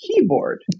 keyboard